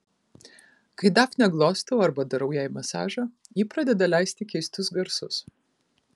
kai dafnę glostau arba darau jai masažą ji pradeda leisti keistus garsus